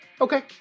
Okay